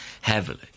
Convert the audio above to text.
heavily